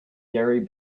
gary